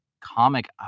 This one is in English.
comic